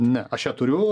ne aš ją turiu